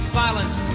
silence